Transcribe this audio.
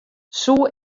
soe